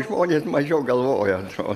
žmonės mažiau galvoja o